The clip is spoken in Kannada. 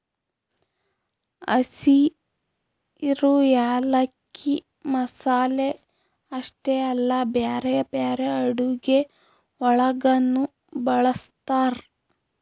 ಹಸಿರು ಯಾಲಕ್ಕಿ ಮಸಾಲೆ ಅಷ್ಟೆ ಅಲ್ಲಾ ಬ್ಯಾರೆ ಬ್ಯಾರೆ ಅಡುಗಿ ಒಳಗನು ಬಳ್ಸತಾರ್